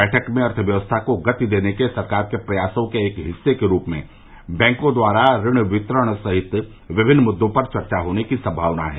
बैठक में अर्थव्यवस्था को गति देने के सरकार के प्रयासों के एक हिस्से के रूप में बैंकों द्वारा ऋण वितरण सहित विभिन्न मुद्दों पर चर्चा होने की संभावना है